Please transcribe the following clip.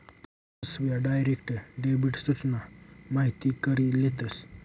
फसव्या, direct debit सूचना माहिती करी लेतस